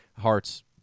hearts